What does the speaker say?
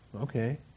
okay